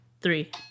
three